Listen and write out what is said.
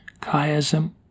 chiasm